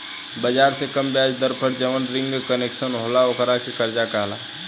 बाजार से कम ब्याज दर पर जवन रिंग कंसेशनल होला ओकरा के कर्जा कहाला